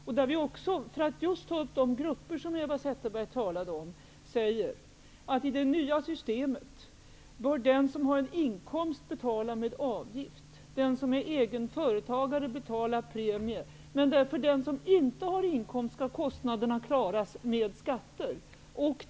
Vi säger där också -- för att gå in på just de grupper som Eva Zetterberg talade om -- att i det nya systemet bör den som har en inkomst betala med avgift, den som är egen företagare betala premie, men för den som inte har inkomst skall kostnaderna klaras med skatter.